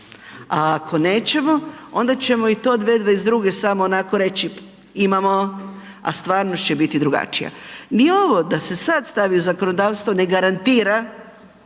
a ako nećemo onda ćemo i to 2022. samo onako reći, imamo, a stvarnost će biti drugačija. Ni ovo da se sad stavi u zakonodavstvo ne garantira